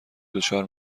دچار